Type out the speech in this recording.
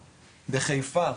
בחיפה,